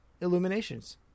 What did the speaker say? Illuminations